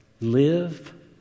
Live